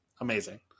Amazing